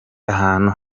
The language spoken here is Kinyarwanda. ahantu